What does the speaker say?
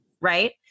Right